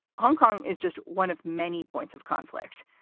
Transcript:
hong kong is just one of many points of conflict.